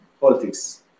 politics